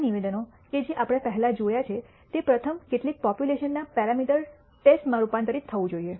આ નિવેદનો કે જે આપણે પહેલાં જોયા છે તે પ્રથમ કેટલીક પોપ્યુલેશન ના પેરામીટર્સ ટેસ્ટમાં રૂપાંતરિત થવું જોઈએ